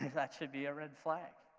that should be a red flag,